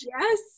Yes